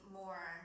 more